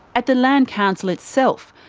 at the land council itself,